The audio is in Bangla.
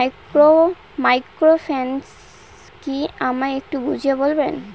মাইক্রোফিন্যান্স কি আমায় একটু বুঝিয়ে বলবেন?